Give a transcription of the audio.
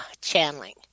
channeling